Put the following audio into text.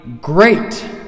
great